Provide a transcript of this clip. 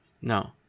No